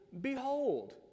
behold